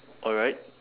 alright